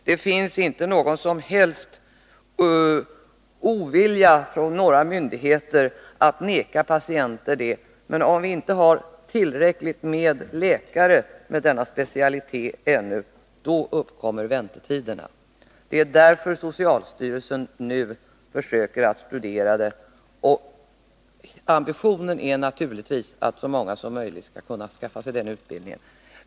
Det finns inte någon som helst ovilja i det här fallet från myndigheternas sida, så att man skulle vägra patienter att få behandling, men eftersom vi inte har tillräckligt många läkare med denna specialitet, så uppstår det väntetider. Det är därför socialstyrelsen nu skall studera detta, och ambitionen är naturligtvis att så många läkare som möjligt skall kunna skaffa sig den här utbildningen.